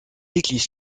églises